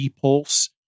pulse